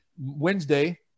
Wednesday